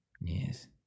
Yes